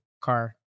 car